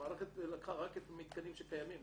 המערכת לקחה רק מתקנים שקיימים.